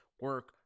Work